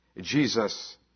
Jesus